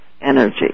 energy